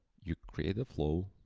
you create a flow,